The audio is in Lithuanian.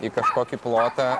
į kažkokį plotą